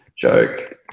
joke